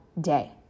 day